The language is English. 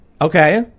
Okay